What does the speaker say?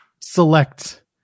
Select